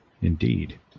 Indeed